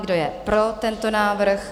Kdo je pro tento návrh?